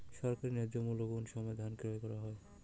সরকারি ন্যায্য মূল্যে কোন সময় ধান ক্রয় করা হয়?